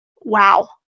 wow